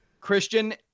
Christian